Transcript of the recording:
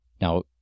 Now